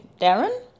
Darren